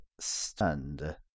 stunned